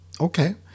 Okay